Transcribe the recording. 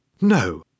no